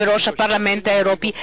בראש הפרלמנט האירופי,